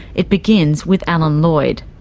it begins with alan lloyd.